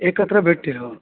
एकत्र भेटतील हो